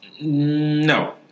No